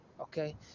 Okay